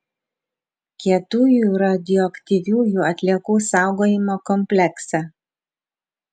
kietųjų radioaktyviųjų atliekų saugojimo kompleksą